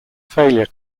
failure